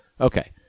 Okay